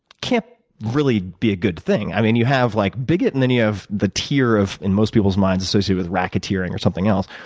can't really be a good thing. i mean, you have like bigot, and then you have the teer, in most peoples' minds associated with racketeering or something else.